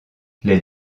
les